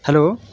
hello